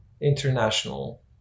international